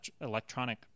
electronic